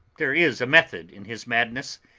there is a method in his madness,